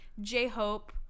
j-hope